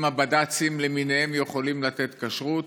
אם הבד"צים למיניהם יכולים לתת כשרות,